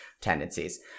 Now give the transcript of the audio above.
tendencies